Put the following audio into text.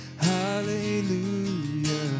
hallelujah